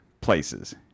places